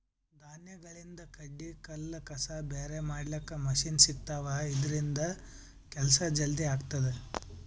ಧಾನ್ಯಗಳಿಂದ್ ಕಡ್ಡಿ ಕಲ್ಲ್ ಕಸ ಬ್ಯಾರೆ ಮಾಡ್ಲಕ್ಕ್ ಮಷಿನ್ ಸಿಗ್ತವಾ ಇದ್ರಿಂದ್ ಕೆಲ್ಸಾ ಜಲ್ದಿ ಆಗ್ತದಾ